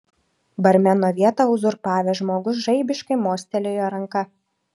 barmeno vietą uzurpavęs žmogus žaibiškai mostelėjo ranka